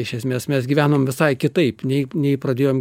iš esmės mes gyvenom visai kitaip nei nei pradėjom